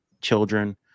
children